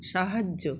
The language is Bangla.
সাহায্য